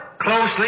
closely